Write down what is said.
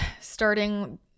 Starting